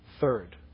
Third